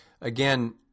again